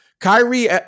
Kyrie